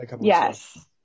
Yes